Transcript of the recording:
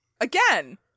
Again